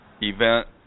event